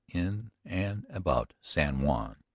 in and about san juan.